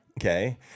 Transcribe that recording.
Okay